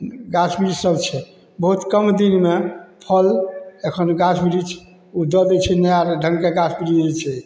गाछ बिरिछसब छै बहुत कम दिनमे फल एखन गाछ बिरिछ ओ दऽ दै छै नया ढङ्गके गाछ बिरिछ जे छै